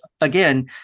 again